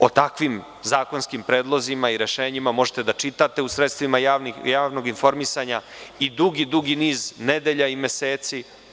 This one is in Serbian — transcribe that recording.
O takvim zakonskim predlozima i rešenjima možete da čitate u sredstvima javnog informisanja dugi, dugi niz nedelja i meseci.